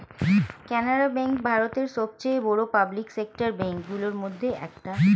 Canara bank ভারতের সবচেয়ে বড় পাবলিক সেক্টর ব্যাঙ্ক গুলোর মধ্যে একটা